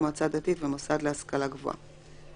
מועצה דתית ומוסד להשכלה גבוהה.